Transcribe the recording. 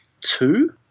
two